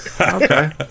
Okay